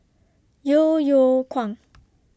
Yeo Yeow Kwang